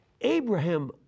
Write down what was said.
Abraham